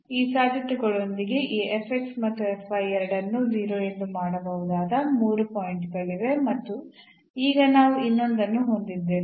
ಈ ಸಾಧ್ಯತೆಗಳೊಂದಿಗೆ ಈ ಮತ್ತು ಎರಡನ್ನೂ 0 ಎಂದು ಮಾಡಬಹುದಾದ ಮೂರು ಪಾಯಿಂಟ್ ಗಳಿವೆ ಮತ್ತು ಈಗ ನಾವು ಇನ್ನೊಂದನ್ನು ಹೊಂದಿದ್ದೇವೆ